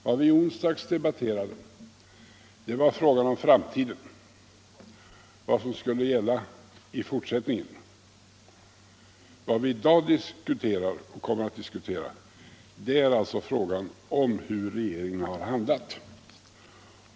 Vad vi i onsdags debatterade var en fråga om framtiden, vad som skulle gälla i fortsättningen; vad vi i dag diskuterar och kommer att diskutera är däremot frågan om hur regeringen har handlat.